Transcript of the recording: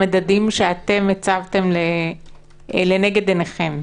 שאתם הצבתם לנגד עיניכם,